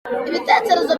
ibitekerezo